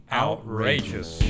outrageous